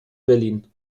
berlin